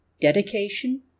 Dedication